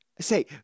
Say